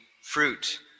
fruit